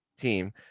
team